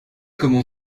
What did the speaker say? comment